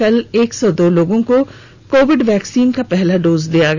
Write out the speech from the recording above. कल एक सौ दो लोगों को कोविड वैक्सीन का पहला डोज दिया गया